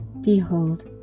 Behold